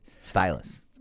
Stylus